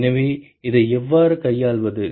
எனவே இதை எவ்வாறு கையாள்வது